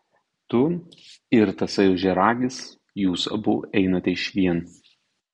tu ir tasai ožiaragis jūs abu einate išvien